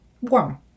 Warm